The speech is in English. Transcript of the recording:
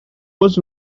was